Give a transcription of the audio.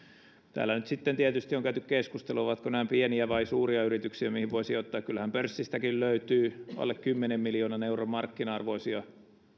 täällä nyt tietysti on käyty keskustelua ovatko nämä pieniä vai suuria yrityksiä mihin voi sijoittaa kyllähän pörssistäkin löytyy alle kymmenen miljoonan euron markkina arvoisia